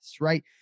right